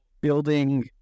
building